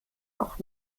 auch